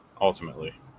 ultimately